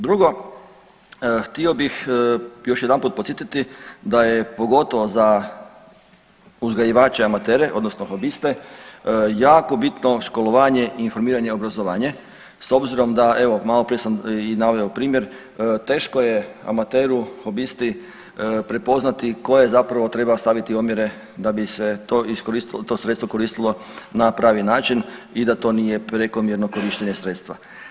Drugo, htio bih još jedanput podsjetiti da je pogotovo za uzgajivače amatere, odnosno hobiste jako bitno školovanje i informiranje, obrazovanje s obzirom da evo malo prije sam i naveo primjer teško je amateru, hobisti prepoznati koje zapravo treba staviti omjere da bi se to iskoristilo, to sredstvo koristilo na pravi način i da to nije prekomjerno korištenje sredstva.